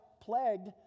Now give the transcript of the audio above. plagued